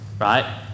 right